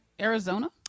Arizona